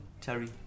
Terry